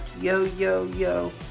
yo-yo-yo